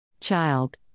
child